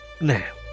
Now